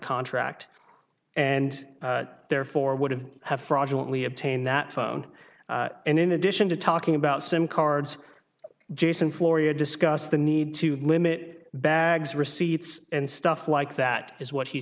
contract and therefore would have had fraudulently obtained that phone and in addition to talking about sim cards jason floria discussed the need to limit bags receipts and stuff like that is what he